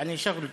(אומר בערבית: